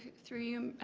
through you,